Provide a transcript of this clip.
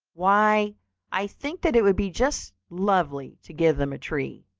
why i think that it would be just lovely to give them a tree,